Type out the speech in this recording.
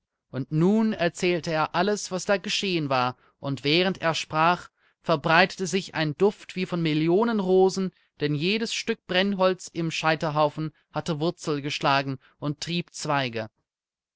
und nun erzählte er alles was da geschehen war und während er sprach verbreitete sich ein duft wie von millionen rosen denn jedes stück brennholz im scheiterhaufen hatte wurzel geschlagen und trieb zweige